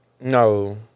No